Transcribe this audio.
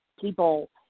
people